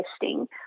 testing